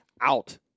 out